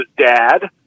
dad